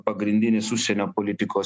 pagrindinis užsienio politikos